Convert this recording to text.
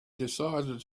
decided